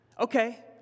okay